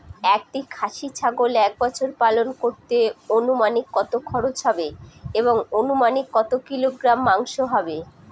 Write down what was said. একটি খাসি ছাগল এক বছর পালন করতে অনুমানিক কত খরচ হবে এবং অনুমানিক কত কিলোগ্রাম মাংস হবে?